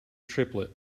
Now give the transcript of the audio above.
triplet